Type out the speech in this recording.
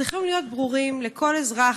צריכים להיות ברורים לכל אזרח,